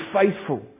faithful